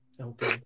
Okay